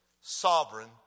sovereign